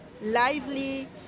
lively